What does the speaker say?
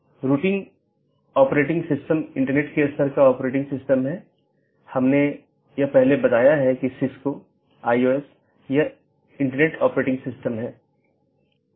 जैसे अगर मै कहूं कि पैकेट न 1 को ऑटॉनमस सिस्टम 6 8 9 10 या 6 8 9 12 और उसके बाद गंतव्य स्थान पर पहुँचना चाहिए तो यह ऑटॉनमस सिस्टम का एक क्रमिक सेट है